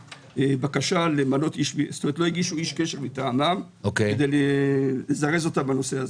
איש קשר מטעמם כדי לזרז אותם בנושא.